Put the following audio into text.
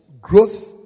growth